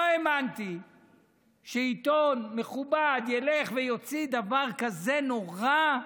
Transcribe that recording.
לא האמנתי שעיתון מכובד ילך ויוציא דבר כזה נורא,